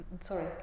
sorry